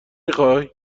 میخوای